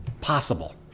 possible